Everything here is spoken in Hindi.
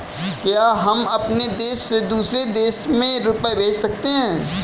क्या हम अपने देश से दूसरे देश में रुपये भेज सकते हैं?